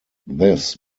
this